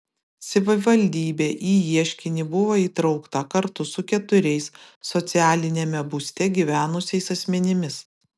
savivaldybė į ieškinį buvo įtraukta kartu su keturiais socialiniame būste gyvenusiais asmenimis